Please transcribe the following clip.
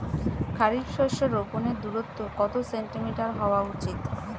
খারিফ শস্য রোপনের দূরত্ব কত সেন্টিমিটার হওয়া উচিৎ?